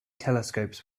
telescopes